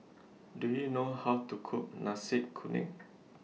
Do YOU know How to Cook Nasi Kuning